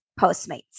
Postmates